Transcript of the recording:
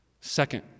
Second